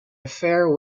affair